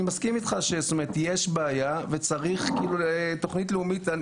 אני מסכים איתך שיש בעיה וצריך תוכנית לאומית,